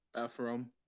Ephraim